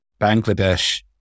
Bangladesh